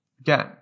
Again